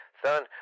son